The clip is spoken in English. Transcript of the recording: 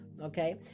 Okay